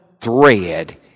thread